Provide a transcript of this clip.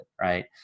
right